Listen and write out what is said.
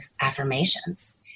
affirmations